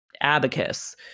Abacus